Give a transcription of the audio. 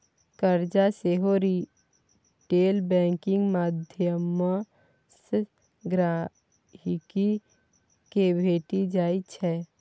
करजा सेहो retail banking माध्यमसँ गांहिकी केँ भेटि जाइ छै